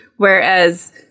Whereas